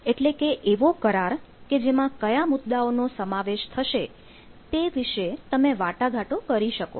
એટલે કે એવો કરાર કે જેમાં કયા મુદ્દાઓનો સમાવેશ થશે તે વિશે તમે વાટાઘાટો કરી કરી શકો